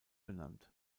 benannt